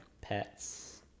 Pets